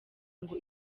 ngo